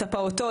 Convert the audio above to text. את הפעוטות,